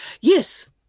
Yes